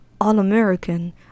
All-American